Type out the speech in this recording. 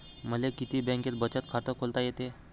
मले किती बँकेत बचत खात खोलता येते?